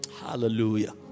hallelujah